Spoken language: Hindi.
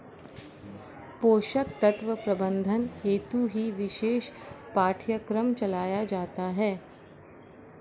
पोषक तत्व प्रबंधन हेतु ही विशेष पाठ्यक्रम चलाया जाता है